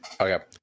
Okay